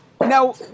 Now